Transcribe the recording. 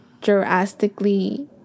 drastically